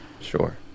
Sure